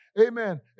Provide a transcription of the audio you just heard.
Amen